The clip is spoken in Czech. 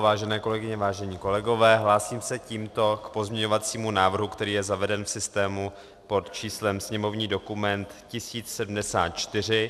Vážené kolegyně, vážení kolegové, hlásím se tímto k pozměňovacímu návrhu, který je zaveden v systému pod číslem sněmovní dokument 1074.